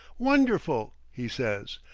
wonderful! he says,